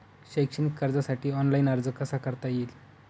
शैक्षणिक कर्जासाठी ऑनलाईन अर्ज कसा करता येईल?